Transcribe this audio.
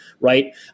right